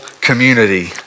community